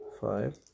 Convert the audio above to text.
five